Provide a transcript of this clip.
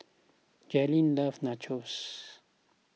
Jalyn loves Nachos